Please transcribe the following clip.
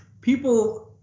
People